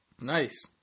Nice